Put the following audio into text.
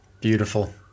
Beautiful